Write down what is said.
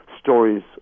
stories